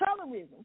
colorism